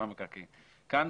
כאן